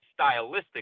stylistically